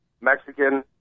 Mexican